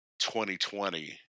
2020